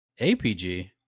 APG